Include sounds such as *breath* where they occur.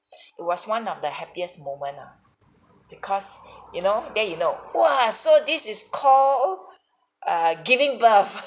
*breath* it was one of the happiest moment ah because *breath* you know then you know !wah! so this is call err giving birth *laughs*